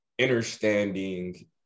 understanding